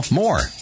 more